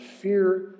fear